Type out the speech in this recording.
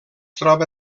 troba